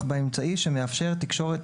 באמצעי שמאפשר תקשורת